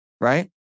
right